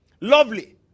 lovely